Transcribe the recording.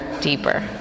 deeper